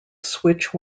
switch